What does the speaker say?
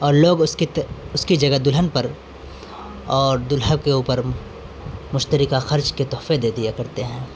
اور لوگ اس کی اس کی جگہ دلہن پر اور دلہا کے اوپر مشترکہ خرچ کے تحفے دے دیا کرتے ہیں